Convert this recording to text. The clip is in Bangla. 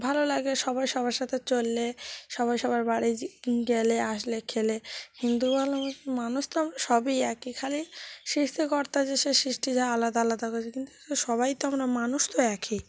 ভালো লাগে সবাই সবার সাথে চললে সবাই সবার বাড়ি জ ই গেলে আসলে খেলে হিন্দু বলো মো মানুষ তো আমরা সবই একই খালি সৃষ্টিকর্তা যে সে সৃষ্টি যা আলাদা আলাদা করেছে কিন্তু তো সবাই তো আমরা মানুষ তো একই